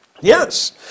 Yes